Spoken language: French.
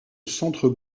centre